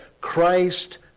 Christ